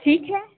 ठीक है